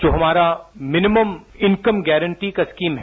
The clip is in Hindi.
जो हमारा मिनिमम इनकम गारंटी का स्कीम है